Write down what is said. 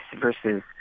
versus